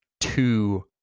two